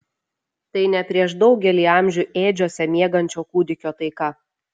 tai ne prieš daugelį amžių ėdžiose miegančio kūdikio taika